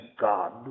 God